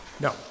No